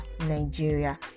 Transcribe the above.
nigeria